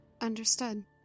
Understood